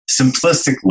simplistically